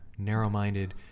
narrow-minded